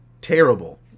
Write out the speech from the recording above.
terrible